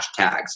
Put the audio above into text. hashtags